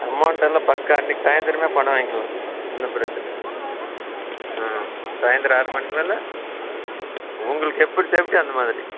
அமௌன்டெல்லாம் பக்கா அன்றைக்கு சாய்ந்திரமே பணம் வாங்க்கிலாம் ஒன்றும் பிரச்சின இல்லை ஆ சாய்ந்திரம் ஆறு மணிக்கு மேலே உங்களுக்கு எப்படி சேஃப்ட்டியோ அந்த மாதிரி